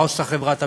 מה עושה חברת הביטוח?